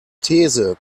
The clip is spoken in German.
these